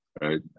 right